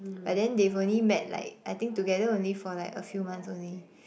but then they've only met like I think together only for like a few months only